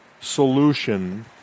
solution